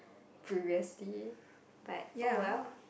previously what oh well